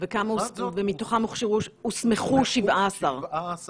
ומתוכם הוסמכו 17?